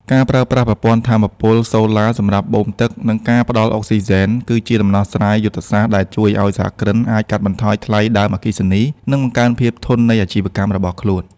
ការប្រើប្រាស់ប្រព័ន្ធថាមពលសូឡាសម្រាប់បូមទឹក និងការផ្ដល់អុកស៊ីហ្សែន គឺជាដំណោះស្រាយយុទ្ធសាស្ត្រដែលជួយឱ្យសហគ្រិនអាចកាត់បន្ថយថ្លៃដើមអគ្គិសនី និងបង្កើនភាពធន់នៃអាជីវកម្មរបស់ខ្លួន។